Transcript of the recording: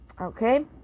okay